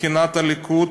מבחינת הליכוד,